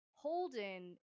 holden